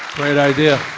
great idea